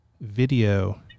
video